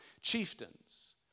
chieftains